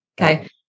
okay